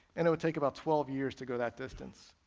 and it would take about twelve years to go that distance.